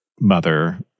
mother